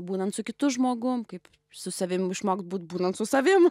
būnant su kitu žmogum kaip su savim išmokt būt būnant su savimi